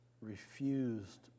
refused